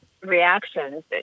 reactions